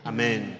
Amen